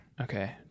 Okay